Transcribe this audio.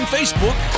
Facebook